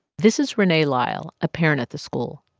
this is renee lisle, a parent at the school.